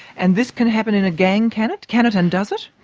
and this can happen in a gang, can it? can it and does it?